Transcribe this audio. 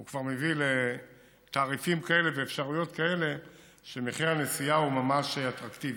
כבר מביא לתעריפים כאלה ואפשרויות כאלה שמחיר הנסיעה הוא ממש אטרקטיבי.